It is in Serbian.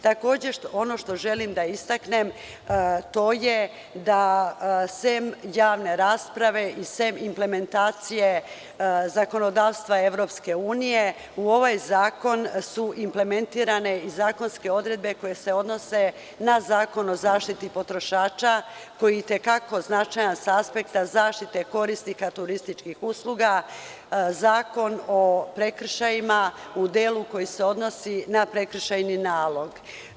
Takođe, ono što želim da istaknem, to je da sem javne rasprave i sem implementacije zakonodavstva EU, u ovaj zakon su implementirane i zakonske odredbe koje se odnose na Zakon o zaštiti potrošača, koji je i te kako značajan sa aspekta zaštite korisnika turističkih usluga, Zakon o prekršajima u delu koji se odnosi na prekršajni nalog.